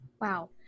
Wow